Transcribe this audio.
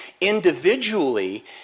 individually